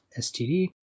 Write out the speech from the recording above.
STD